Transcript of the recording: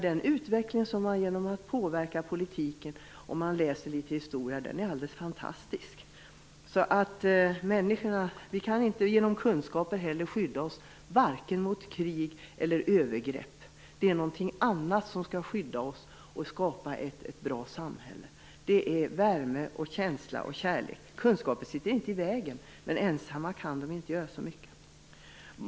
Den utveckling som har varit genom påverkan på politiken är alldeles fantastisk. Det ser man om läser litet historia. Vi kan inte heller skydda oss mot krig eller övergrepp genom kunskaper. Det är någonting annat som skall skydda oss och skapa ett bra samhälle. Det är värme, känsla och kärlek. Kunskaper sitter inte i vägen, men ensamma kan de inte göra så mycket.